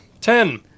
Ten